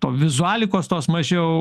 to vizualikos tos mažiau